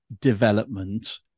development